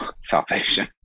salvation